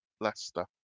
Leicester